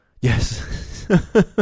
Yes